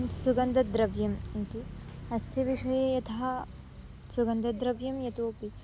सुगन्धद्रव्यम् इति अस्यविषये यथा सुगन्धद्रव्यं यतोपि